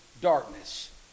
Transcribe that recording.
darkness